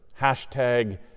Hashtag